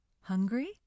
Hungry